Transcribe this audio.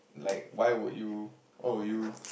like why would you what would you